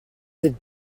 cette